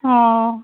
हँ